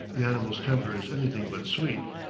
the animal's temper is anything but sweet,